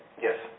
Yes